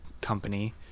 company